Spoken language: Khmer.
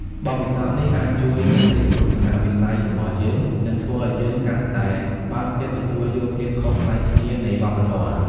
បទពិសោធន៍នេះអាចជួយពង្រីកទស្សនៈវិស័យរបស់យើង និងធ្វើឲ្យយើងកាន់តែបើកចិត្តទទួលយកភាពខុសប្លែកគ្នានៃវប្បធម៌។